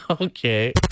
Okay